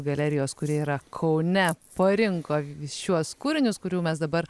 galerijos kuri yra kaune parinko šiuos kūrinius kurių mes dabar